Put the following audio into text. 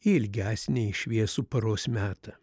į ilgesnį į šviesų paros metą